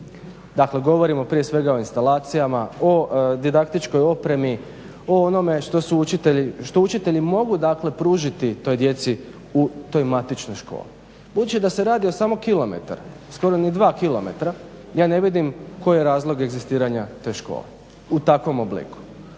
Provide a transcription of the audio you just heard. Dakle, govorimo prije svega o instalacijama, o didaktičkoj opremi, o onome što učitelji mogu dakle pružiti toj djeci u toj matičnoj školi. Budući da se radi o samo kilometar, skoro ni dva kilometra, ja ne vidim koji je razlog egzistiranja te škole u takvom obliku.